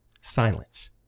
silence